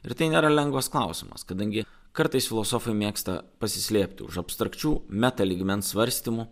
ir tai nėra lengvas klausimas kadangi kartais filosofai mėgsta pasislėpti už abstrakčių meta lygmens svarstymų